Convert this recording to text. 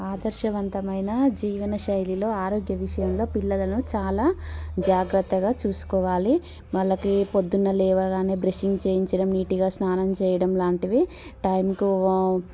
ఆదర్శవంతమైనా జీవనశైలిలో ఆరోగ్య విషయంలో పిల్లలను చాలా జాగ్రత్తగా చూసుకోవాలి వాళ్ళకి పొద్దున లేవగానే బ్రెషింగ్ చేయించడం నీట్గా స్నానం చేయడం లాంటివి టైమ్కు